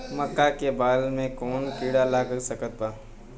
मका के बाल में कवन किड़ा लाग सकता?